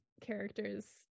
characters